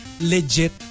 legit